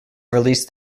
release